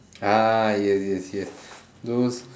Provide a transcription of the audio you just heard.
ah yes yes yes those